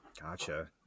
gotcha